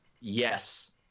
Yes